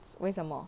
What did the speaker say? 为什么